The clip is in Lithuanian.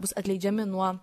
bus atleidžiami nuo